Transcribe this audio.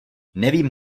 nevím